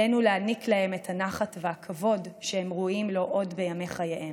עלינו להעניק להם את הנחת והכבוד שהם ראויים לו עוד בימי חייהם.